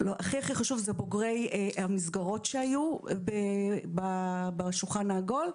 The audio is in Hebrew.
חשוב - בוגרי המסגרות שהיו בשולחן העגול,